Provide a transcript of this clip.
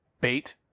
bait